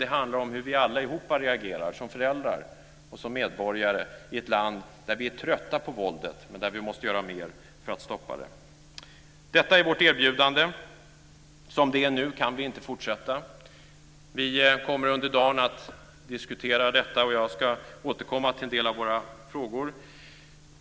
Det handlar om hur vi allihop reagerar som föräldrar och som medborgare i ett land där vi är trötta på våldet, men där vi måste göra mer för att stoppa det. Detta är vårt erbjudande. Som det är nu kan vi inte fortsätta. Vi kommer under dagen att diskutera detta. Och jag ska återkomma till en del av våra frågor.